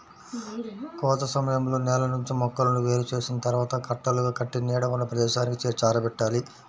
కోత సమయంలో నేల నుంచి మొక్కలను వేరు చేసిన తర్వాత కట్టలుగా కట్టి నీడ ఉన్న ప్రదేశానికి చేర్చి ఆరబెట్టాలి